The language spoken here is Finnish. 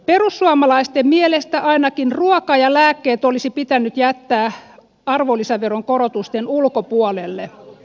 perussuomalaisten mielestä ainakin ruoka ja lääkkeet olisi pitänyt jättää arvonlisäveron korotuksen ulkopuolelle